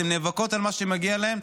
הן נאבקות על מה שמגיע להן,